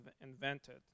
invented